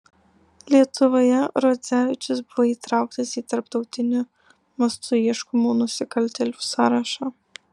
lietuvoje rodzevičius buvo įtrauktas į tarptautiniu mastu ieškomų nusikaltėlių sąrašą